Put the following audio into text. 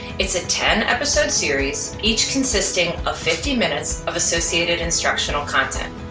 it's a ten episode series each consisting of fifty minutes of associated instructional content.